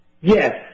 Yes